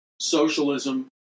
socialism